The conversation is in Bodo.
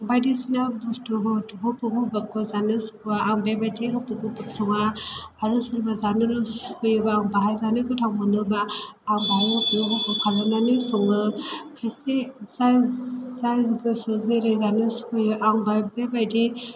बायदिसिना बुस्तुफोरखौ थख' थख' होयोबा जानो सुखुवा आं बेबायदि सङा आरो सोरबा जानो लुबैसोयोबा बेवहाय जानो गोथाव मोनोबा आं खालामनानै सङो एसे जाय गोसो जेरै जानो सुखुयो आं बेफोरबायदि